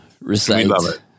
recite